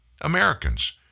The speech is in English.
Americans